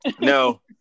No